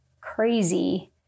crazy